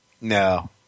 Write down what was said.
No